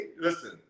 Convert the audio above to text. Listen